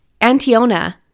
Antiona